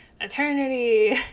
Eternity